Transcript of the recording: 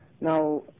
Now